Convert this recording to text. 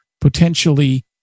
potentially